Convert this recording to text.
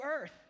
earth